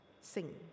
sing